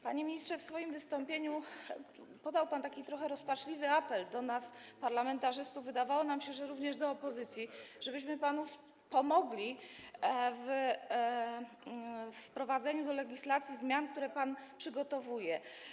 Panie ministrze, w swoim wystąpieniu wystosował pan taki trochę rozpaczliwy apel do nas, parlamentarzystów, wydawało nam się, że również do opozycji, żebyśmy panu pomogli we wprowadzeniu do procesu legislacyjnego zmian, które pan przygotowuje.